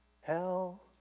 hell